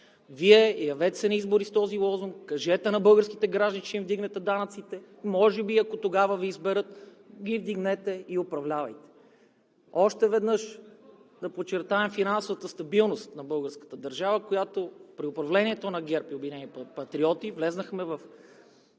се явете на избори с този лозунг, кажете на българските граждани, че ще им вдигнете данъците. Може би, ако тогава Ви изберат, ги вдигнете и управлявайте. Още веднъж да подчертаем финансовата стабилност на българската държава, която при управлението на ГЕРБ и „Обединени патриоти“ влязохме в